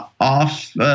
off